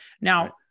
Now